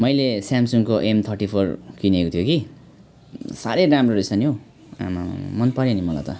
मैले स्याम्सङको M thirty four किनेको थियो कि साह्रै राम्रो रहेछ नि हो आमामामा मन पर्यो नि मलाई त